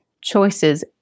choices